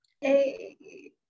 Hey